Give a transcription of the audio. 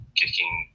kicking